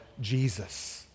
Jesus